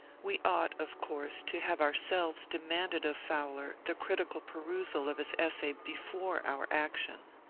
we ought of course to have ourselves demanded of fowler the critical perusal of his essay before our action.